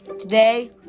Today